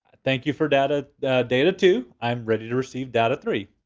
thank you for data data two, i'm ready to receive data three.